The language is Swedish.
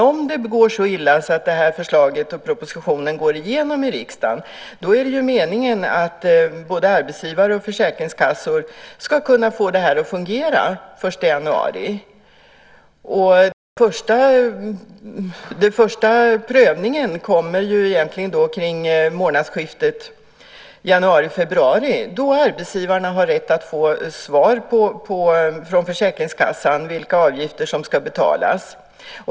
Om det går så illa att förslaget och propositionen går igenom i riksdagen är det meningen att arbetsgivare och försäkringskassor ska kunna få det att fungera den 1 januari. Den första prövningen kommer egentligen kring månadsskiftet januari/februari då arbetsgivarna har rätt att få svar från försäkringskassan om vilka avgifter som ska betalas.